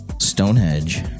Stonehenge